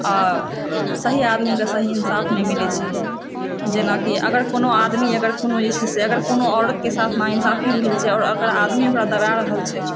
अऽ सही आदमी कऽ सही इन्साफ नहि मिलै छै जेनाकि अगर कोनो आदमी अगर कोनो जे छै से अगर कोनो औरत कऽ साथ नाइंसाफी भेलछै आउर ओकरा आदमी ओकरा दबा रहलछै